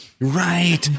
Right